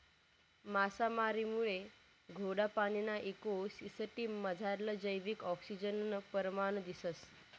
मासामारीमुये गोडा पाणीना इको सिसटिम मझारलं जैविक आक्सिजननं परमाण दिसंस